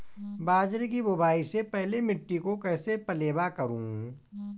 बाजरे की बुआई से पहले मिट्टी को कैसे पलेवा करूं?